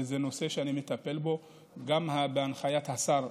וזה נושא שאני מטפל בו גם בהנחיית השר.